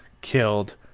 killed